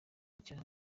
icyaha